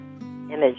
image